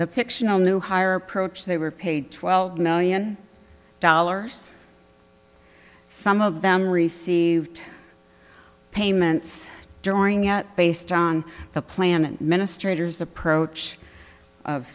the picture no new hire approach they were paid twelve million dollars some of them received payments during out based on the planet minister's approach of